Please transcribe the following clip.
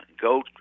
go